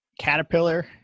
caterpillar